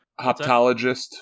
Hoptologist